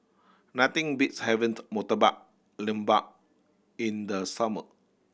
nothing beats having the Murtabak Lembu in the summer